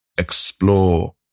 explore